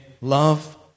love